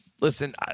Listen